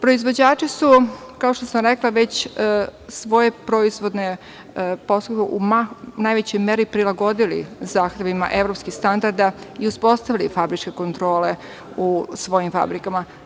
Proizvođači su, kao što sam već rekla, svoje proizvodne postupke u najvećoj meri prilagodili zahtevima evropskih standarda i uspostavili fabričke kontrole u svojim fabrikama.